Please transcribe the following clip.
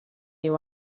you